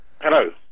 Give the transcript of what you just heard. Hello